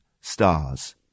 stars